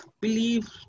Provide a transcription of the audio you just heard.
Believe